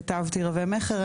כתבתי רבי מכר,